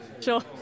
sure